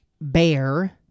bear